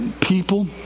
people